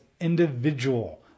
individual